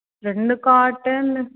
రెండు కాటన్